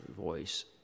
voice